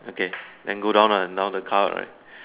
okay then go down lah now the car right